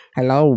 Hello